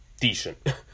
decent